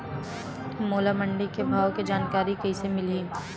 मोला मंडी के भाव के जानकारी कइसे मिलही?